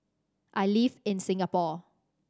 I live in Singapore